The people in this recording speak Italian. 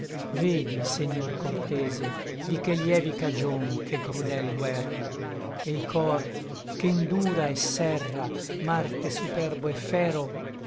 vedi segnor cortese di che lievi cagion che crudel guerra e i cor che ndura et serra marte superbo et fero